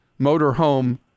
motorhome